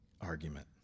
argument